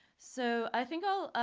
so i think i'll,